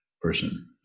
person